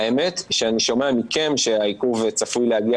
האמת שאני שומע מכם שהעיכוב צפוי להגיע